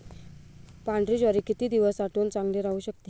पांढरी ज्वारी किती दिवस साठवून चांगली राहू शकते?